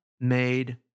made